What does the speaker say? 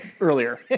earlier